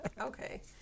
Okay